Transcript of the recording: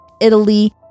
Italy